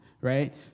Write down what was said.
right